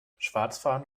schwarzfahren